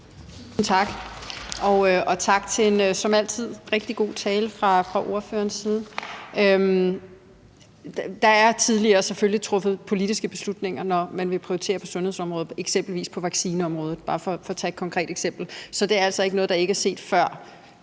tak. Og tak for en som altid rigtig god tale fra ordførerens side. Der er selvfølgelig tidligere truffet politiske beslutninger, når man har villet prioritere på sundhedsområdet, eksempelvis på vaccineområdet, for bare at tage et konkret eksempel. Så det er altså ikke noget, der ikke er set før.